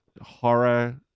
horror